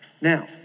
Now